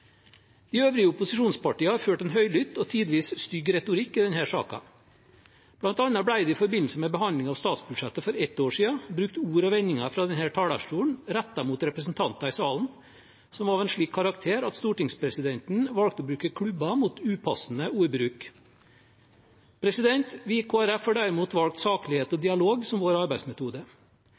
De øvrige opposisjonspartiene har ført en høylytt og tidvis stygg retorikk i denne saken. Blant annet ble det i forbindelse med behandlingen av statsbudsjettet for et år siden brukt ord og vendinger fra denne talerstolen, rettet mot representanter i salen, som var av en slik karakter at stortingspresidenten valgte å bruke klubben mot upassende ordbruk. Vi i Kristelig Folkeparti har derimot valgt saklighet og dialog som vår arbeidsmetode.